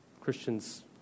Christians